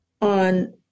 on